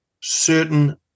certain